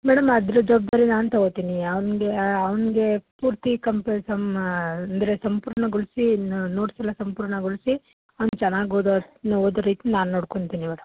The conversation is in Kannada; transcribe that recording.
ಮೇಡಮ್ ಅದರದ್ದು ಜವಾಬ್ದಾರಿ ನಾನು ತಗೋತೀನಿ ಅವ್ನಿಗೆ ಅವ್ನಿಗೆ ಪೂರ್ತಿ ಕಂಪ್ಲೀಸಮ್ ಅಂದರೆ ಸಂಪೂರ್ಣಗೊಳಿಸಿ ನೋಟ್ಸ್ ಎಲ್ಲ ಸಂಪೂರ್ಣಗೊಳಿಸಿ ಅವ್ನ ಚೆನ್ನಾಗಿ ಓದೋಸ್ಟು ಓದೋ ರೀತಿ ನಾನು ನೋಡ್ಕೊತೀನಿ ಇವಾಗ